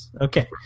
Okay